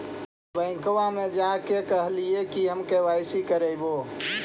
बैंकवा मे जा के कहलिऐ कि हम के.वाई.सी करईवो?